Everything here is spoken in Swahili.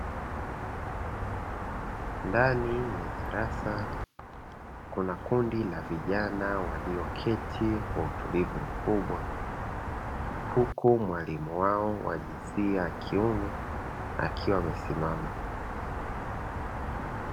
Ndani ya darasa kuna kundi la vijana walioketi kwa utulivu mkubwa, huku mwalimu wao wa jinsia ya kiume akiwa amesimama.